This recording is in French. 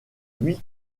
huit